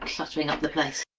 cluttering up the place.